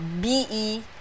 B-E